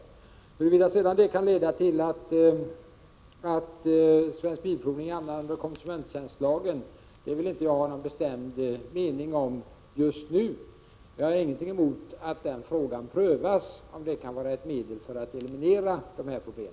Huruvida det sedan kan leda till att Svensk Bilprovning hamnar under konsumenttjänstlagen vill jag inte ha någon bestämd mening om just nu. Jag har ingenting emot att den frågan prövas, om det kan vara ett medel för att eliminera dessa problem.